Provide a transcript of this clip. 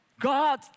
God